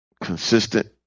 consistent